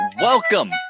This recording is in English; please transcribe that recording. Welcome